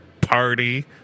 party